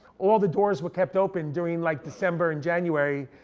all the doors were kept open during like december and january.